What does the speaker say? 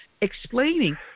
explaining